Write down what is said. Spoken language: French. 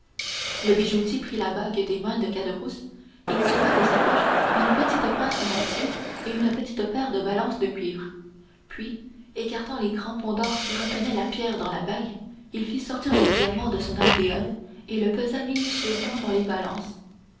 le bijoutier prit la bague des mains de caderousse et tira de sa poche une petite pince en acier et une petite paire de balances de cuivre puis écartant les crampons d'or qui retenaient la pierre dans la bague il fit sortir le diamant de son alvéole et le pesa minutieusement dans les balances